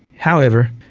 however,